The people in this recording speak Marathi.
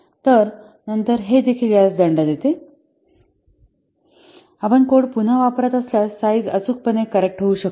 तर नंतर हे देखील यास दंड देते आपण कोड पुन्हा वापरत असल्यास साईझ अचूकपणे करेक्ट होऊ शकत नाही